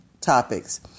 topics